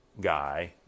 guy